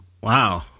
Wow